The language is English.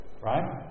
right